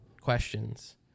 questions